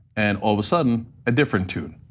and all of a sudden a different tune.